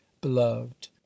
beloved